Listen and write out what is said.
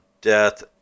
death